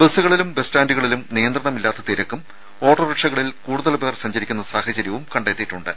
ബസ്സുകളിലും bus സ്റ്റാന്റുകളിലും നിയന്ത്രണമില്ലാത്ത തിരക്കും ഓട്ടോറിക്ഷകളിൽ കൂടുതൽ പേർ സഞ്ചരിക്കുന്ന സാഹചര്യവും കണ്ടെത്തിയിട്ടുണ്ട്